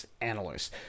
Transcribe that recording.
analysts